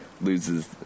loses